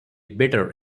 bitter